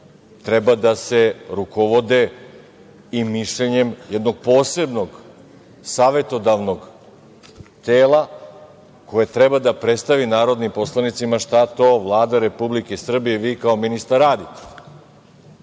treba da se rukovode i mišljenjem jednog posebnom savetodavnog tela koje treba da predstavi narodnim poslanicima šta to Vlada Republike Srbije i vi kao ministar radite.